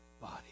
body